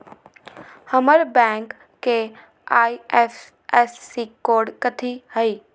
हमर बैंक के IFSC code कथि हई?